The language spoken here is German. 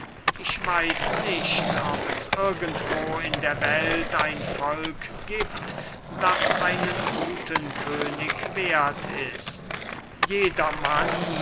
ich weiß nicht ob es irgendwo in der welt ein volk giebt das einen guten könig werth ist